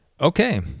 Okay